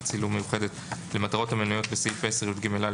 צילום מיוחדת למטרות המנויות בסעיף 10יג(א),